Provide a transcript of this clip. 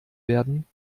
werden